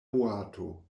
boato